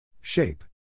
Shape